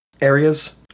areas